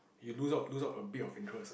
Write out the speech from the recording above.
you lose out lose out a bit of interest uh